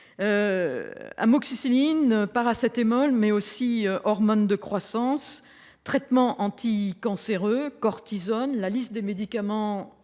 Amoxicilline, paracétamol, mais aussi hormones de croissance, traitement anticancéreux, cortisone : la liste des médicaments